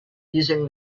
using